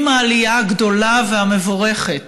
עם העלייה הגדולה והמבורכת